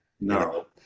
No